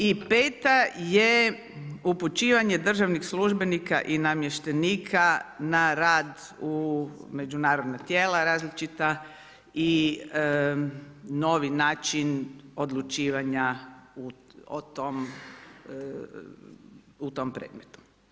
I peta je upućivanje državnih službenika i namještenika na rad u međunarodna tijela različita i novi način odlučivanja u tom predmetu.